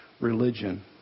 religion